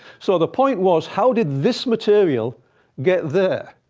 so the point was, how did this material get there?